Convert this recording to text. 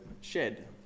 shed